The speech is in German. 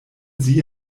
sie